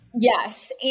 Yes